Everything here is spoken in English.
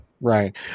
Right